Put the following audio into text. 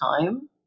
time